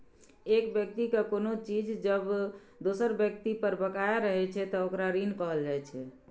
एक व्यक्ति के कोनो चीज जब दोसर व्यक्ति पर बकाया रहै छै, ते ओकरा ऋण कहल जाइ छै